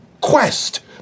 quest